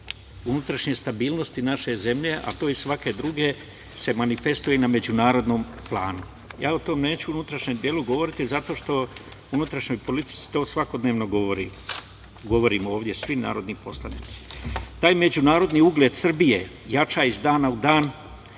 unutrašnje stabilnosti naše zemlje, a to i svake druge se manifestuje na međunarodnom planu. Ja o tome neću unutrašnjem delu govoriti, zato što u unutrašnjoj politici to svakodnevno govorim ovde svim narodnim poslanicima. Taj međunarodni ugled Srbije jača iz dana u dan